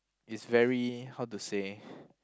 it's very how to say